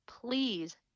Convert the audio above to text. please